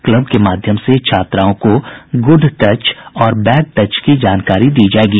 club के माध्यम से छात्राओं को गुड टच और बैड टच की जानकारी दी जायेगी